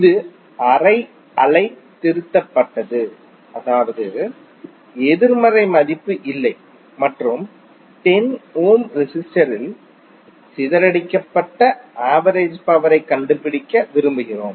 இது அரை அலை திருத்தப்பட்டது அதாவது எதிர்மறை மதிப்பு இல்லை மற்றும் 10 ஓம்ஸ் ரெசிஸ்டரில் சிதறடிக்கப்பட்ட ஆவரேஜ் பவரைக் கண்டுபிடிக்க விரும்புகிறோம்